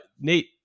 Nate